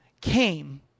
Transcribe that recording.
came